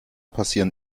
passieren